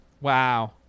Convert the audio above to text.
Wow